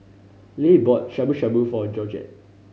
Leigh bought Shabu Shabu for Georgette